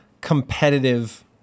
competitive